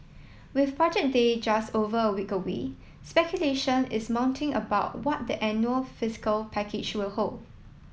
with Budget Day just over a week away speculation is mounting about what the annual fiscal package will hold